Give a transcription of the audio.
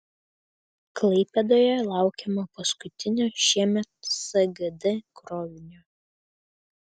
klaipėdoje laukiama paskutinio šiemet sgd krovinio